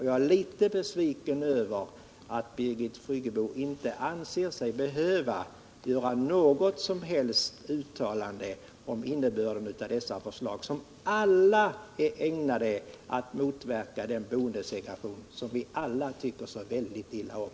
Jag är litet besviken över att Birgit Friggebo inte anser sig behöva göra något som helst uttalande om innebörden av dessa förslag, som samtliga är ägnade att motverka den boendesegregation som vi alla tycker så väldigt illa om.